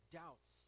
doubts